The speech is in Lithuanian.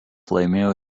laimėjo